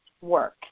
work